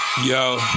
Yo